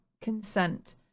consent